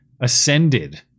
ascended